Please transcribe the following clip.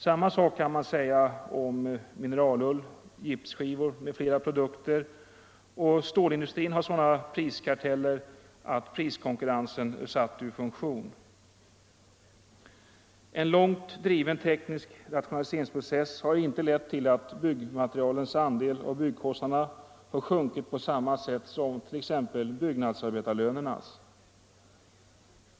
Samma sak kan sägas om mineralull, gipsskivor med flera produkter, och stålindustrin har sådana priskarteller att priskonkurrensen är satt ur funktion. En långt driven teknisk rationaliseringsprocess har inte lett till att byggmaterialets andel av byggkostnaderna sjunkit på samma sätt som t.ex. byggnadsarbetarlönerna.